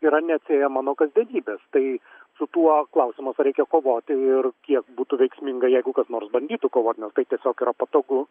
yra neatsiejama nuo kasdienybės tai su tuo klausimas ar reikia kovoti ir kiek būtų veiksminga jeigu kas nors bandytų kovot nes tai tiesiog yra patogu